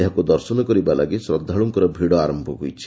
ଏହାକୁ ଦର୍ଶନ କରିବା ଲାଗି ଶ୍ରଦ୍ଧାଳୁଙ୍କର ଭିଡ଼ ଆର ହୋଇଛି